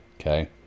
Okay